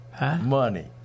money